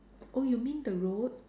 oh you mean the road